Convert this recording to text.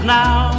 now